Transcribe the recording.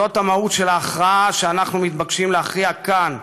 זאת המהות של ההכרעה שאנחנו מתבקשים להכריע כאן.